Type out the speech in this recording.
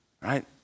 right